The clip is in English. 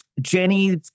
Jenny